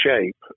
shape